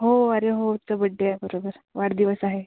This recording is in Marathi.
हो अरे हो तिचा बड्डे आहे बरोबर वाढदिवस आहे